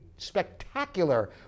spectacular